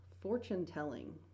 fortune-telling